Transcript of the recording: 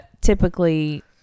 typically